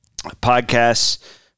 podcasts